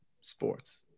sports